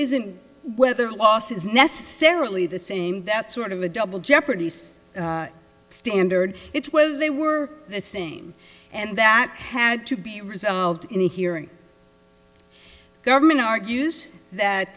isn't whether loss is necessarily the same that sort of a double jeopardy says standard it's well they were the same and that had to be resolved in the hearing government argues that